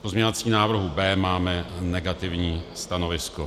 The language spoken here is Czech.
K pozměňovacímu návrhu B máme negativní stanovisko.